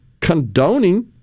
condoning